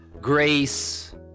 grace